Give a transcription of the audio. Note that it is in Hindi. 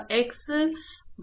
यह x बराबर प्लस L है